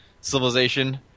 civilization